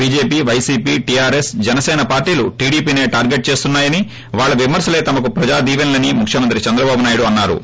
BJP YCP TRS Janasena పార్టీలు టీడీపీసే target చేస్తున్నాయని వాళ్ళ విమర్శలే తమకు ప్రజా దీవెనలని ముఖ్యమంత్రి చంద్రబాబునాయుడు అన్నా రు